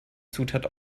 zutat